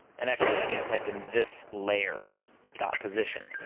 and actually i need to type in this layer dot position,